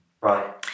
Right